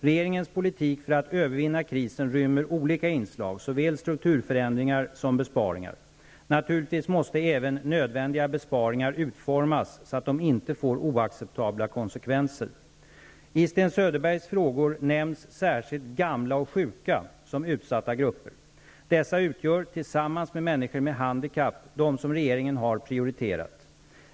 Regeringens politik för att övervinna krisen rymmer olika inslag, såväl strukturförändringar som besparingar. Naturligtvis måste även nödvändiga besparingar utformas så, att de inte får oacceptabla konsekvenser. I Sten Söderbergs frågor nämns särskilt gamla och sjuka som utsatta grupper. Dessa utgör -- tillsammans med människor med handikapp -- de som regeringen har prioriterat.